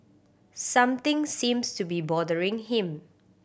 something seems to be bothering him